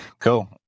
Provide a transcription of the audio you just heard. Cool